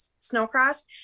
snowcross